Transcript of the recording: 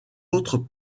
autres